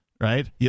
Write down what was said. right